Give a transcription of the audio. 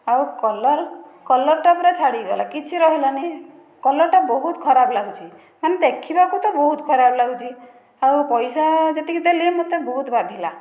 ଆଉ କଲର କଲରଟା ପୁରା ଛାଡ଼ିଗଲା କିଛି ରହିଲାନି କଲରଟା ବହୁତ ଖରାପ ଲାଗୁଛି ମାନେ ଦେଖିବାକୁ ତ ବହୁତ ଖରାପ ଲାଗୁଛି ଆଉ ପଇସା ଯେତିକି ଦେଲି ମୋତେ ବହୁତ ବାଧିଲା